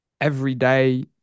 everyday